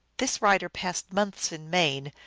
this writer passed months in maine,